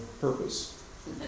purpose